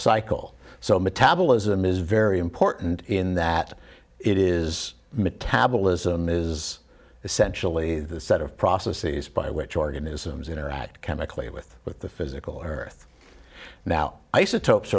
cycle so metabolism is very important in that it is metabolism is essentially the set of processes by which organisms interact chemically with with the physical earth now isotopes